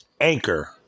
Anchor